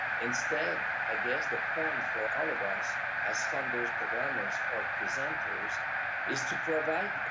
instead, i guess the point for all of us as funders, programmers, or presenters is to provide,